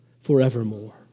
forevermore